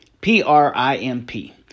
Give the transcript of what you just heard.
P-R-I-M-P